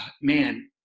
man